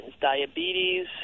diabetes